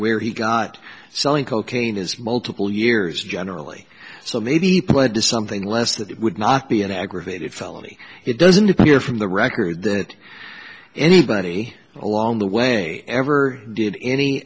where he got selling cocaine is multiple years generally so maybe pled to something less that it would not be an aggravated felony it doesn't appear from the record that anybody along the way ever did any